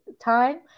time